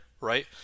right